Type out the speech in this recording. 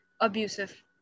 abusive